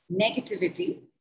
negativity